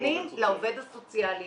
מפנים לעובד הסוציאלי